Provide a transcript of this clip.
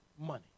money